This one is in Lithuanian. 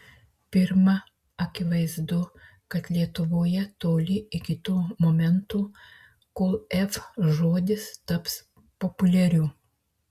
pirma akivaizdu kad lietuvoje toli iki to momento kol f žodis taps populiariu